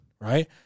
Right